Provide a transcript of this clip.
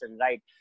right